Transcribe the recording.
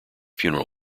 funeral